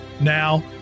Now